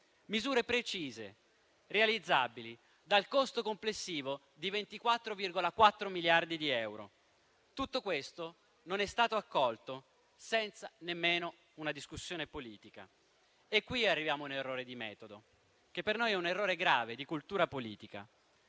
misure precise, realizzabili, per un costo complessivo di 24,4 miliardi di euro. Tutto questo non è stato accolto, senza nemmeno una discussione politica. E qui arriviamo a un errore di metodo, che per noi è grave e di cultura politica: